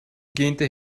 gähnte